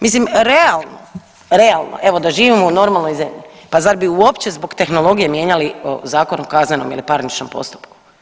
Mislim realno, realno evo da živimo u normalnoj zemlji, pa zar bi uopće zbog tehnologije mijenjali Zakon o kaznenom ili parničnom postupku?